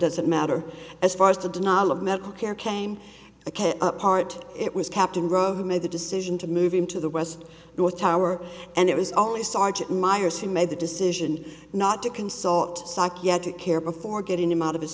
doesn't matter as far as the denial of medical care came apart it was captain rowe who made the decision to move him to the west north tower and it was only sergeant myers who made the decision not to consult psychiatric care before getting him out of his